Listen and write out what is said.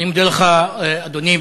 אני מודה לך, אדוני.